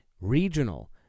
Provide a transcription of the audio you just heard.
regional